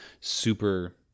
super